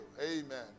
Amen